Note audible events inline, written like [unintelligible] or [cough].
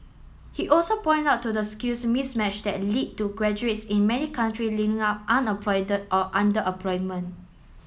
he also point out to the skills mismatch that lead to graduates in many country [unintelligible] up [unintelligible] or underemployment